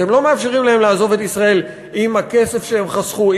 אתם לא מאפשרים להם לעזוב את ישראל עם הכסף שהם חסכו,